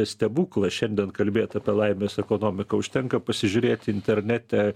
stebuklas šiandien kalbėt apie laimės ekonomiką užtenka pasižiūrėt internete